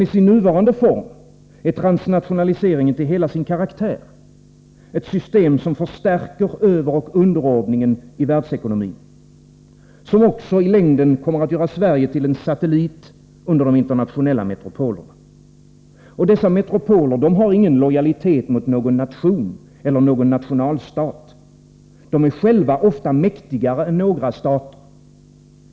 I sin nuvarande form är emellertid transnationaliseringen till hela sin karaktär ett system som förstärker överoch underordningen i världsekonomin, som också i längden kommer att göra Sverige till en satellit under de internationella metropolerna. Och dessa metropoler känner ingen lojalitet mot någon nation eller någon nationalstat. De är själva ofta mäktigare än några stater.